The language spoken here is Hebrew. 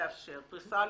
יאפשר פריסה,